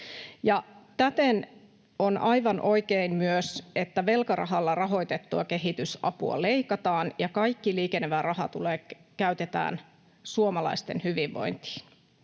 Täten on aivan oikein myös, että velkarahalla rahoitettua kehitysapua leikataan ja kaikki liikenevä raha käytetään suomalaisten hyvinvointiin.